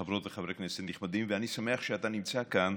חברות וחברי כנסת נכבדים, ואני שמח שאתה נמצא כאן,